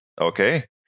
Okay